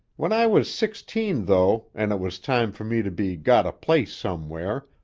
when i was sixteen, though, and it was time for me to be got a place somewhere,